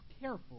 careful